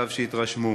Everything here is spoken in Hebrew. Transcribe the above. מוטב שיתרשמו.